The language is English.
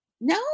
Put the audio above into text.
No